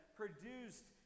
produced